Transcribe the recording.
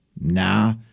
Nah